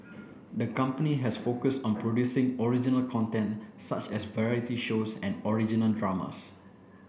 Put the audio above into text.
the company has focused on producing original content such as variety shows and original dramas